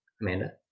Amanda